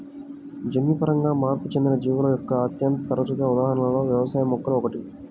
జన్యుపరంగా మార్పు చెందిన జీవుల యొక్క అత్యంత తరచుగా ఉదాహరణలలో వ్యవసాయ మొక్కలు ఒకటి